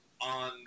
on